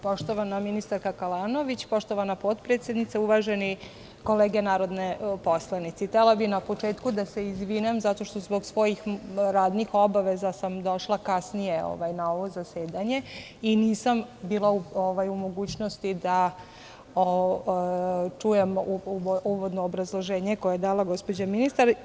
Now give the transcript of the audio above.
Poštovana ministarko Kalanović, poštovana potpredsednice, uvaženi narodni poslanici, htela bih na početku da se izvinim zato što sam zbog svojih radnih obaveza došla kasnije na ovo zasedanje i nisam bila u mogućnosti da čujem uvodno obrazloženje , koje je dala gospođa ministar.